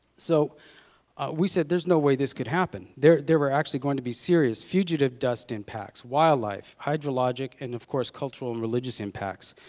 so we said there is no way this could happen. there there were actually going to be serious fugitive dust impacts, wildlife, hydrologic and of course cultural and religious impacts.